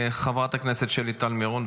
חברת הכנסת שלי טל מירון,